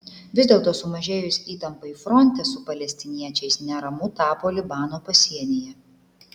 vis dėlto sumažėjus įtampai fronte su palestiniečiais neramu tapo libano pasienyje